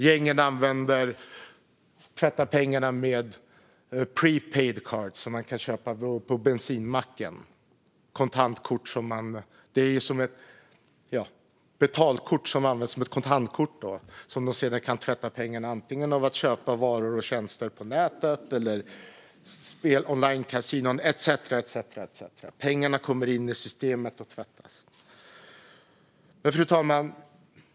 Gängen tvättar pengar med hjälp av prepaid cards som man kan köpa på bensinmacken, alltså kontantkort som används som betalkort. Så tvättar man pengarna antingen genom att köpa varor och tjänster på nätet eller genom spel på onlinekasinon etcetera. Pengarna tvättas och kommer in i systemet. Fru talman!